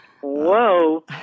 Whoa